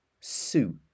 sue